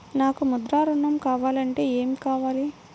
నాకు ముద్ర ఋణం కావాలంటే ఏమి కావాలి?